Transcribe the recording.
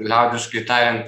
liaudiškai tariant